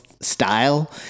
style